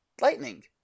lightning